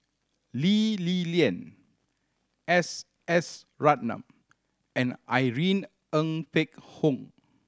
Lee Li Lian S S Ratnam and Irene Ng Phek Hoong